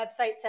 websites